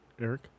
Eric